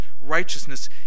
righteousness